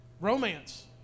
Romance